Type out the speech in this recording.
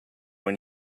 when